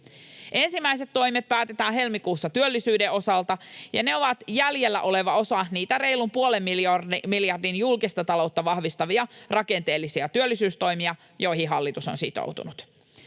Ensimmäiset toimet päätetään helmikuussa työllisyyden osalta, ja ne ovat jäljellä oleva osa niitä reilun puolen miljardin julkista taloutta vahvistavia rakenteellisia työllisyystoimia, joihin hallitus on sitoutunut.